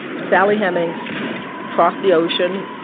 and sally hemings crossed the ocean,